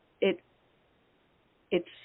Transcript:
it—it's